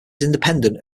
independent